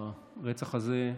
הרצח הזה,